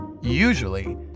Usually